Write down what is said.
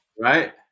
Right